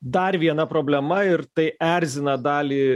dar viena problema ir tai erzina dalį